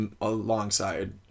alongside